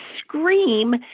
scream